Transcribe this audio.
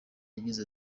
yagize